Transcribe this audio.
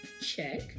Check